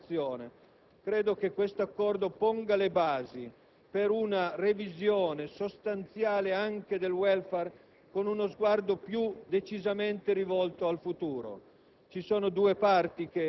Un'ultima osservazione: credo che questo accordo ponga le basi anche per una revisione sostanziale del *welfare*, con uno sguardo più decisamente rivolto al futuro.